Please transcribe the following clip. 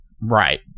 Right